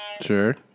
Sure